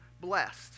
blessed